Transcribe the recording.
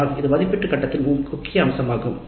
அதனால் இது மதிப்பீட்டு கட்டத்தின் முக்கிய அம்சமாகும்